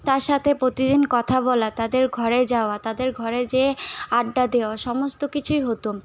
তার সাথে প্রতিদিন কথা বলা তাদের ঘরে যাওয়া তাদের ঘরে যেয়ে আড্ডা দেওয়া সমস্ত কিছুই হতো